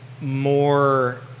more